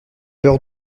peur